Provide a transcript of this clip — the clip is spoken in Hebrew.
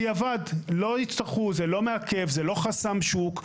זה לא מעכב, זה לא חסם שוק.